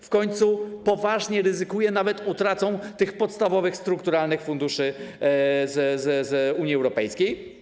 W końcu poważnie ryzykuje nawet utratą podstawowych strukturalnych funduszy z Unii Europejskiej.